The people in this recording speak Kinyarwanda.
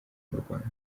rwanda